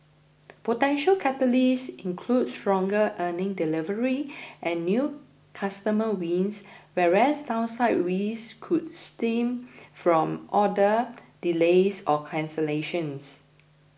potential catalysts include stronger earnings delivery and new customer wins whereas downside risks could stem from order delays or cancellations